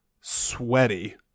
sweaty